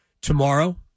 tomorrow